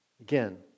Again